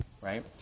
Right